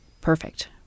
perfect